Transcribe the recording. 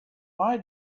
why